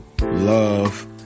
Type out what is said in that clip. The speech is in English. love